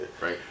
right